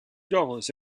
dollars